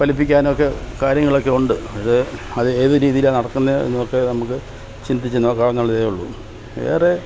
ഫലിപ്പിക്കാനൊക്കെ കാര്യങ്ങളൊക്കെ ഉണ്ട് അത് അതേത് രീതിയിലാണു നടക്കുന്നതെന്നൊക്കെ നമുക്ക് ചിന്തിച്ച് നോക്കാവുന്നുള്ളതേ ഉള്ളു വേറെ